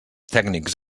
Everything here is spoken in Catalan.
tècnics